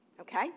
Okay